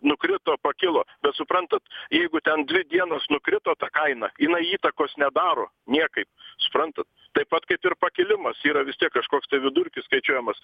nukrito pakilo bet suprantat jeigu ten dvi dienas nukrito ta kaina jinai įtakos nedaro niekaip suprantat taip pat kaip ir pakilimas yra vis tiek kažkoks tai vidurkis skaičiuojamas